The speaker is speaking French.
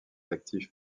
actifs